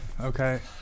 Okay